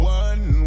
one